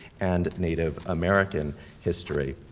and native american history.